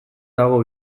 dago